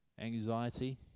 anxiety